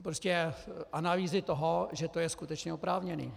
Prostě analýzy toho, že to je skutečně oprávněné.